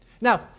Now